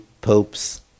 popes